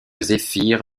zéphyr